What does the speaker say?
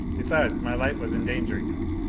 besides, my light was endangering us.